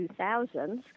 2000s